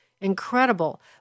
incredible